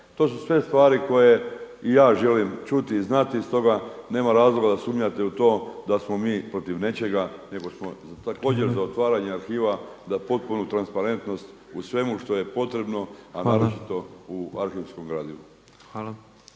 To su sve stvari koje i ja želim čuti i znati i stoga nema razloga da sumnjate u to da smo mi protiv nečega nego smo također za otvaranje arhiva za potpunu transparentnost u svemu što je potrebno a naročito u arhivskom gradivu.